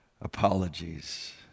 apologies